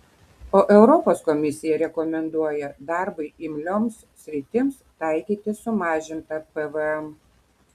o europos komisija rekomenduoja darbui imlioms sritims taikyti sumažintą pvm